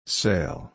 sail